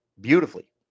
beautifully